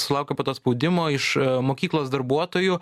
sulaukė po to spaudimo iš mokyklos darbuotojų